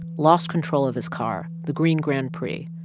lost control of his car, the green grand prix.